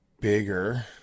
bigger